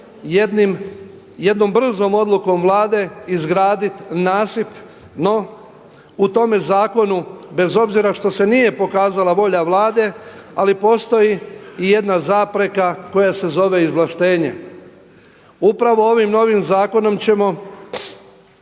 jednom brzom odlukom Vlade izgraditi nasip, no u tome zakonu bez obzira što se nije pokazala volja vlade, ali postoji i jedna zapreka koja se zove izvlaštenje. Upravo ovim novim zakonom ćemo